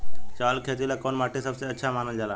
चावल के खेती ला कौन माटी सबसे अच्छा मानल जला?